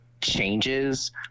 changes